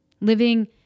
living